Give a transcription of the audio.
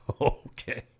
okay